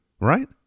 right